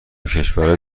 کشورای